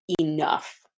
enough